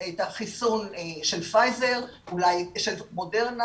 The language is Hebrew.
של מודרנה,